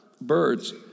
birds